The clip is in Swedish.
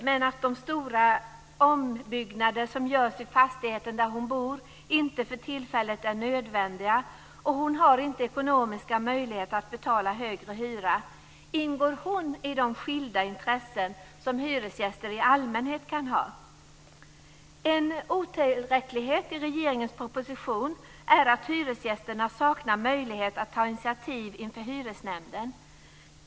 De stora ombyggnader som görs i fastigheten där hon bor är inte för tillfället nödvändiga, och hon har inte ekonomiska möjligheter att betala högre hyra. Omfattas hon av "de skilda intressen" som hyresgäster i allmänhet kan ha? En otillräcklighet i regeringens proposition är att hyresgästerna saknar möjlighet att ta initiativ inför hyresnämnden.